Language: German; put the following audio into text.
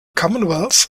commonwealth